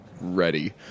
ready